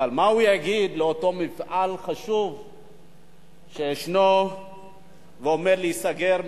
אבל מה הוא יגיד לאותו מפעל חשוב שישנו ועומד להיסגר,